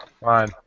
Fine